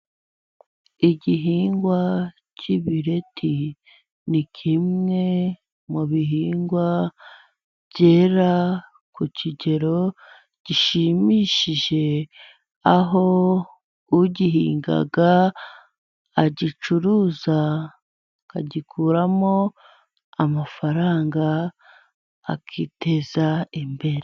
Igihingwa cy'ibireti ni kimwe mu bihingwa byera ku kigero gishimishije aho ugihinga agicuruza akagikuramo amafaranga akiteza imbere.